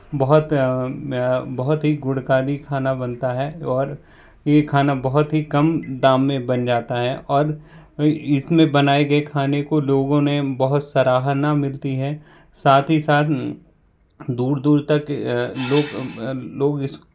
बहुत बहुत ही गुणकारी खाना बनता है और यह खाना बहुत ही कम दाम में बन जाता हैं और इसमें बनाए गए खाने को लोगों में बहुत सराहना मिलती है साथ ही साथ दूर दूर तक लोग लोग इस